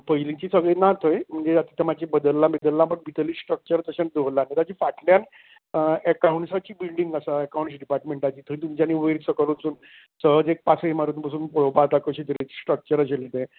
पयलींचे सगळें ना थंय म्हणजे आतां मात्शें बद्दल्लां बिद्दल्लां बट भितरलें स्ट्रकचर तशेंच दवरला बट फाटल्यान एकांउट्साची बिल्डींग आसा एकांउट्स चिपार्टमेंटाची थंय तुमच्यानी वयर सकयल वसून सहज एक पासय मारून पसून वयर सकयल पळोवपाक जाता कशें तरेचे स्ट्रकचर आशिल्लें तें